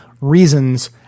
reasons